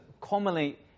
commonly